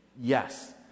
Yes